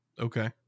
Okay